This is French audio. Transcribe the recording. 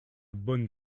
bonne